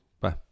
Bye